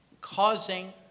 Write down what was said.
causing